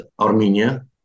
Armenia